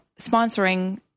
sponsoring